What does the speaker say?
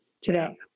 today